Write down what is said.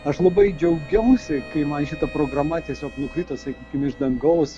aš labai džiaugiausi kai man šita programa tiesiog nukrito sakykim iš dangaus